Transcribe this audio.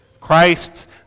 Christ's